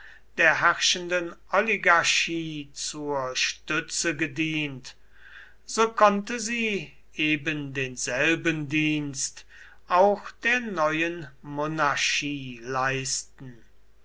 der herrschenden oligarchie zur stütze gedient so konnte sie ebendenselben dienst auch der neuen monarchie leisten